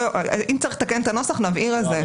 אם צריך לתקן את הנוסח, נבהיר את זה.